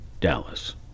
Dallas